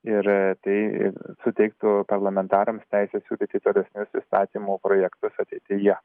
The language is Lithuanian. ir tai suteiktų parlamentarams teisę siūlyti tolesnius įstatymo projektas ateityje